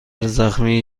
زخمی